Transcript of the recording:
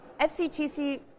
FCTC